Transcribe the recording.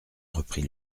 reprit